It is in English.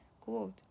Quote